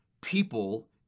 people